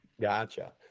Gotcha